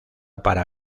para